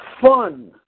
Fun